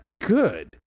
good